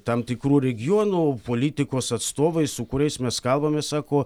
tam tikrų regionų politikos atstovais su kuriais mes kalbame sako